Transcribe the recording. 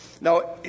Now